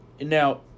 Now